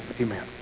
amen